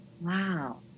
Wow